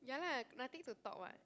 ya lah nothing to talk [what]